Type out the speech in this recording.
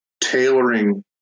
tailoring